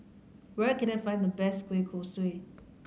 where can I find the best kueh kosui